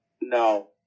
No